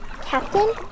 Captain